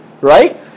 Right